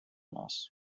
нас